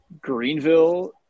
Greenville